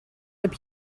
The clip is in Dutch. heb